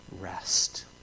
rest